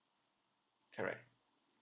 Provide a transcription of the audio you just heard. correct